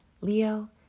Leo